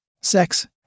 Sex